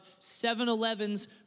7-Eleven's